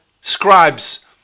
scribes